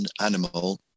animal